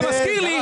זה מזכיר לי,